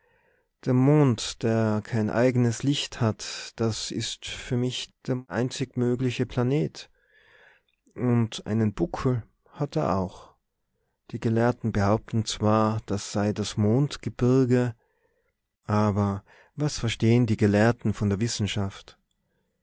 der mond der kein eigenes licht hat das ist für mich der einzig mögliche planet und einen buckel hat er auch die gelehrten behaupten zwar das sei das mondgebirge aber was verstehen die gelehrten von der wissenschaft